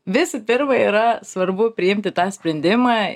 visų pirma yra svarbu priimti tą sprendimą